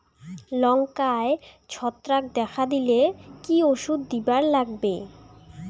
লঙ্কায় ছত্রাক দেখা দিলে কি ওষুধ দিবার লাগবে?